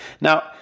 Now